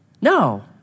No